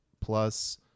plus